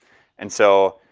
and so,